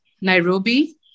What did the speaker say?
Nairobi